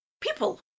people